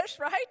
right